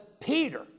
Peter